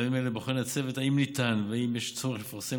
בימים אלה בוחן הצוות אם אפשר ואם יש צורך לפרסם